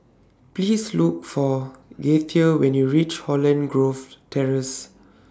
Please Look For Gaither when YOU REACH Holland Grove Terrace